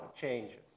changes